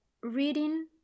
reading